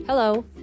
Hello